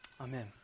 Amen